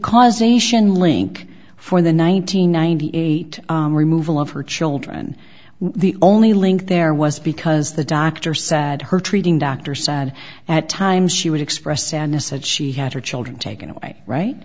causation link for the one nine hundred ninety eight removal of her children the only link there was because the doctor said her treating doctor said at times she would expressed sadness and she had her children taken away right